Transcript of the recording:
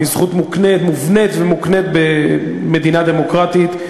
היא זכות מובנית ומוקנית במדינה דמוקרטית,